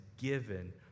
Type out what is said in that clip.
given